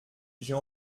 j’ai